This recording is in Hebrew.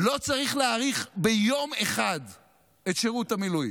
לא צריך להאריך ביום אחד את שירות המילואים.